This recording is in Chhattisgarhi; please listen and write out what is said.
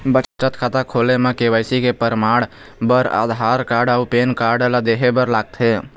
बचत खाता खोले म के.वाइ.सी के परमाण बर आधार कार्ड अउ पैन कार्ड ला देहे बर लागथे